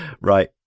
Right